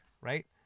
right